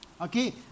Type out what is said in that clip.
Okay